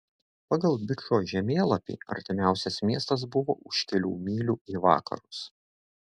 pagal bičo žemėlapį artimiausias miestas buvo už kelių mylių į vakarus